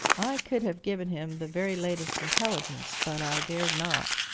i could have given him the very latest intelligence but i dared not.